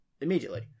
immediately